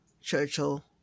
Churchill